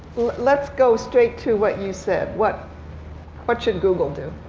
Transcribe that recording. let's go straight to what you said. what what should google do?